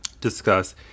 discuss